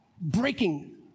Breaking